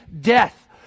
death